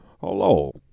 Hello